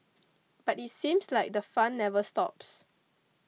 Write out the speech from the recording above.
but it seems like the fun never stops